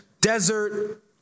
desert